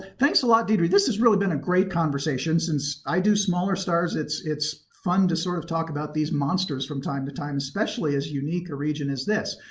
and thanks a lot deidre. this has really been a great conversation. since i do smaller stars, it's it's fun to sort of talk about these monsters from time to time especially as unique a region as this.